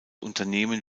unternehmen